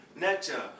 nature